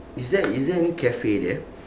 is there is there any cafe there